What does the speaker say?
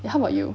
how about you